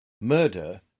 Murder